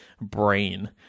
brain